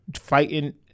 fighting